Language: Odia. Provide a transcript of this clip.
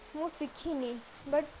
ମୁଁ ଶିଖିନି ବଟ୍